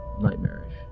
nightmarish